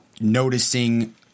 noticing